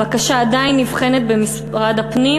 הבקשה עדיין נבחנת במשרד הפנים,